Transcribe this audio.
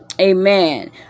Amen